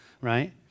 right